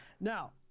Now